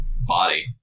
body